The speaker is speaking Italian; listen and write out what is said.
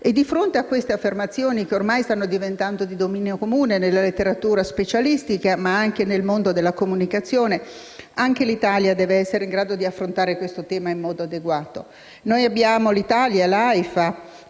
Di fronte a queste affermazioni, che ormai stanno diventando di dominio comune nella letteratura specialista ma anche nel mondo della comunicazione, l'Italia deve essere in grado di affrontare questo tema in modo adeguato. L'AIFA